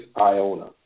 Iona